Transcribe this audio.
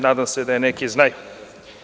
Nadam se da je neki i znaju.